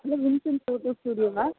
hello Vincent photo ஸ்டூடியோவா